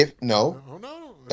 No